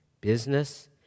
business